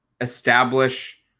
establish